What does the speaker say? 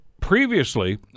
previously